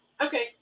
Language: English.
Okay